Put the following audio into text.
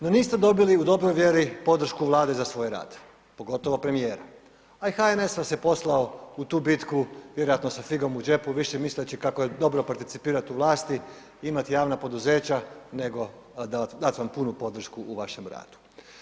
No niste dobili u dobroj vjeri podršku Vlade za svoj rad, pogotovo premijera, a i HNS vas je poslao u tu bitku vjerojatno sa figom u džepu, više misleći kako je dobro participirati u vlasti, imati javna poduzeća nego dat vam punu podršku u vašem radu.